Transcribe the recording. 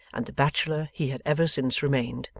and the bachelor he had ever since remained.